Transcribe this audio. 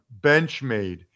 Benchmade